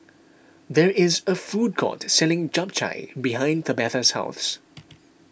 there is a food court selling Japchae behind Tabatha's house